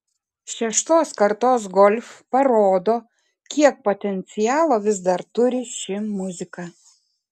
šeštos kartos golf parodo kiek potencialo vis dar turi ši muzika